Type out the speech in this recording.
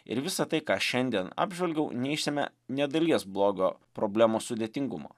ir visa tai ką šiandien apžvalgiau neišsemia nė dalies blogio problemos sudėtingumo